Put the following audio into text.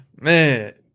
man